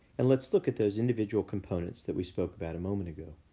and let's look at those individual components that we spoke about a moment ago.